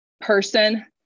person